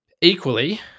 Equally